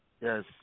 Yes